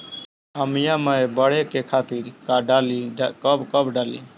आमिया मैं बढ़े के खातिर का डाली कब कब डाली?